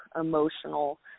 emotional